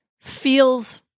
feels